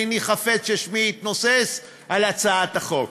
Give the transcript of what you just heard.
איני חפץ ששמי יתנוסס על הצעת החוק.